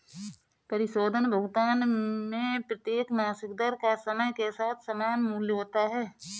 परिशोधन भुगतान में प्रत्येक मासिक दर का समय के साथ समान मूल्य होता है